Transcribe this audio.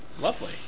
lovely